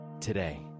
today